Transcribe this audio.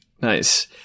Nice